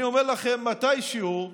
אני אומר לכם, מתישהו,